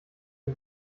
die